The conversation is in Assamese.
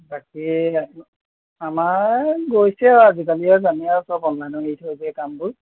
বাকী আমাৰ গৈছে আৰু আজিকালি আৰু জানে আৰু চব অনলাইন হেৰিত হয় যে এই কামবোৰ